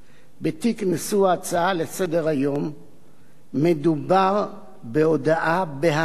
בתיק נשוא ההצעה לסדר-היום מדובר בהודאה בהריגה